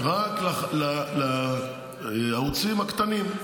רק לערוצים הקטנים.